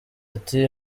ati